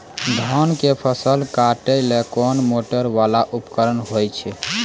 धान के फसल काटैले कोन मोटरवाला उपकरण होय छै?